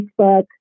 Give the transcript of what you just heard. Facebook